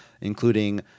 including